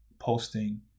posting